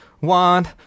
want